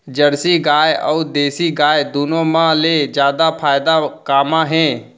Jersey गाय अऊ देसी गाय दूनो मा ले जादा फायदा का मा हे?